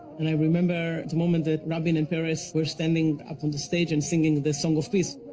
and i remember the moment that rabin and peres were standing up on the stage and singing the song of peace.